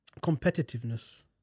Competitiveness